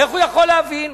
איך הוא יכול להבין?